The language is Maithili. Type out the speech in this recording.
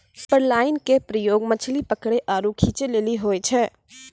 सुपरलाइन के प्रयोग मछली पकरै आरु खींचै लेली होय छै